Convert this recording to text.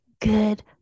good